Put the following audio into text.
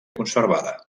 conservada